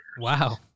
Wow